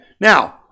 Now